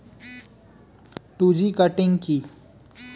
Two G cutting কি?